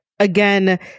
Again